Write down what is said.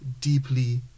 deeply